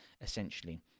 essentially